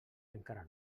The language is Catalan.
encara